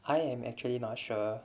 I am actually not sure